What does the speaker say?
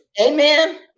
amen